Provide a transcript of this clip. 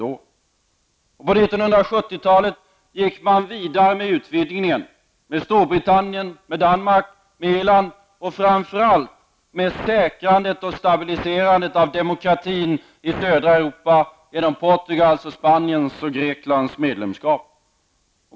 På 1970-talet gick man vidare genom att knyta till sig Storbritannien, Danmark, Irland och framför allt genom säkrandet och stabiliseringen av demokratin i södra Europa: Portugals, Spaniens och Greklands medlemskap.